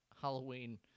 Halloween